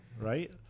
Right